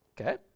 Okay